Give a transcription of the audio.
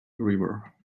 river